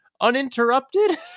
uninterrupted